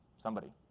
somebody.